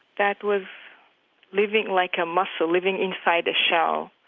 that was living like a mussel, living inside a shell,